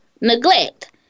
neglect